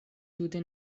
tute